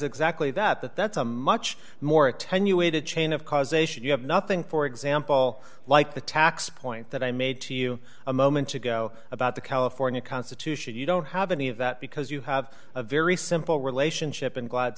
exactly that that that's a much more attenuated chain of causation you have nothing for example like the tax point that i made to you a moment ago about the california constitution you don't have any of that because you have a very simple relationship in glad